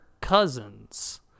Cousins